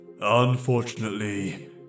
Unfortunately